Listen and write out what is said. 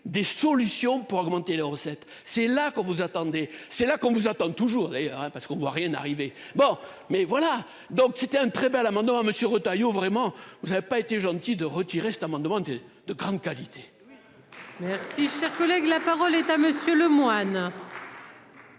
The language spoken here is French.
des solutions pour augmenter les recettes, c'est là qu'on vous attendez, c'est là qu'on vous attend toujours et parce qu'on ne voit rien arriver. Bon mais voilà donc c'était un très bel amendement monsieur Retailleau vraiment vous n'avez pas été gentil de retirer cet amendement est de grande qualité. Merci, cher collègue, la parole est à Monsieur Lemoine.